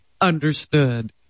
understood